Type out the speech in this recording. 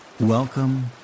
Welcome